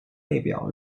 列表